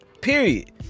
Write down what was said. period